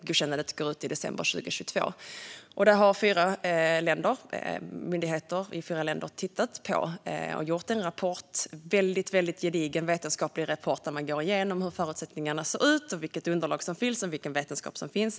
Godkännandet går ut i december 2022. Myndigheter i fyra länder har tittat på detta och gjort en väldigt gedigen vetenskaplig rapport där man går igenom hur förutsättningarna ser ut, vilket underlag som finns och vilken vetenskap som finns.